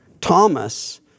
Thomas